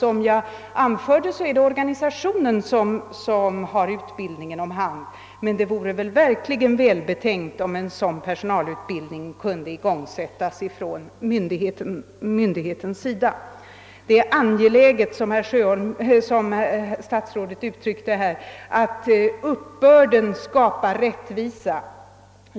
Som jag anförde är det organisationen som har hand om utbildningen, men det vore verkligen välbetänkt av myndigheterna att sätta i gång sådan. Som statsrådet uttryckte det är det angeläget att uppbörden blir rättvis.